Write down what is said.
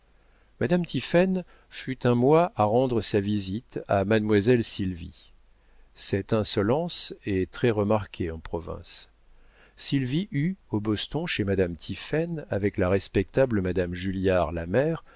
madame tiphaine fut un mois à rendre sa visite à mademoiselle sylvie cette insolence est très remarquée en province sylvie eut au boston chez madame tiphaine avec la respectable madame julliard la mère